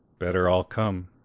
better all come.